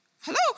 hello